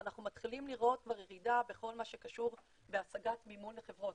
ואנחנו מתחילים לראות כבר ירידה בכל מה שקשור בהשגת מימון לחברות.